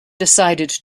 decided